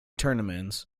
tournaments